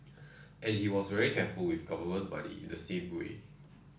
and he was very careful with government money in the same way